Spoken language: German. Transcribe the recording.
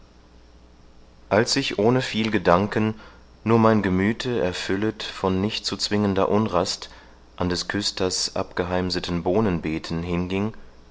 als ich ohne viel gedanken nur mein gemüthe erfüllet von nicht zu zwingender unrast an des küsters abgeheimseten bohnenbeeten hinging